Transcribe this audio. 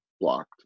blocked